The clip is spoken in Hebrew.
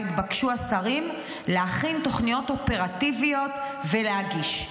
ובה התבקשו השרים להכין תוכניות אופרטיביות ולהגיש.